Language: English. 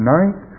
Ninth